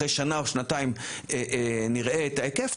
אחרי שנה או שנתיים נראה את ההיקף,